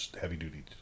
heavy-duty